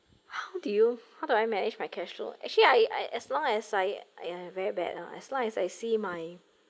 how do you how do I manage my cash flow actually I I as long as I I very bad ah as long as I see my